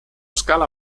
scala